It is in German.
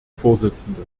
vorsitzende